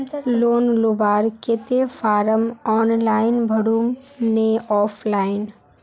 Loan लुबार केते form online भरुम ने ऑफलाइन?